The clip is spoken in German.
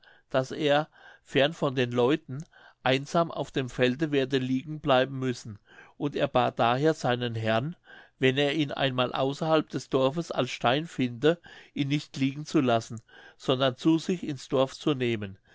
daß er fern von den leuten einsam auf dem felde werde liegen bleiben müssen und er bat daher seinen herrn wenn er ihn einmal außerhalb des dorfes als stein finde ihn nicht liegen zu lassen sondern zu sich ins dorf zu nehmen